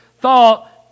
thought